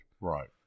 Right